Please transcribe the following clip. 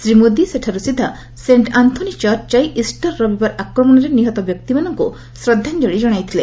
ଶ୍ରୀ ମୋଦି ସେଠାରୁ ସିଧା saint Anthony church ଯାଇ ଇଷ୍ଟର ରବିବାର ଆକ୍ରମଣରେ ନିହତ ବ୍ୟକ୍ତିମାନଙ୍କୁ ଶ୍ରଦ୍ଧାଞ୍ଜଳି ଜଣାଇଥିଲେ